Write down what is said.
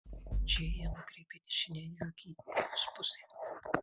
džėja nukreipė dešiniąją akį į jos pusę